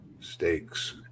Stakes